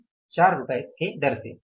4 रुपए सही है